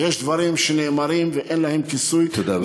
יש דברים שנאמרים ואין להם כיסוי, תודה רבה.